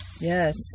Yes